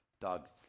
Dog's